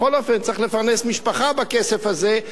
בכל אופן צריך לפרנס משפחה בכסף הזה,